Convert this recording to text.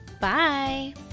Bye